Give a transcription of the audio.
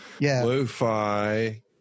lo-fi